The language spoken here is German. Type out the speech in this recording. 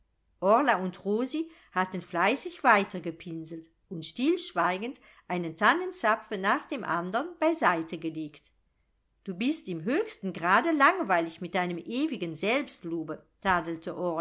orla und rosi hatten fleißig weitergepinselt und stillschweigend einen tannenzapfen nach dem andern beiseite gelegt du bist im höchsten grade langweilig mit deinem ewigen selbstlobe tadelte